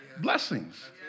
blessings